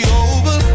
over